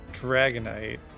dragonite